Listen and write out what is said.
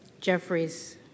Jeffries